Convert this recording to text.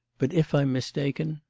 but if i'm mistaken?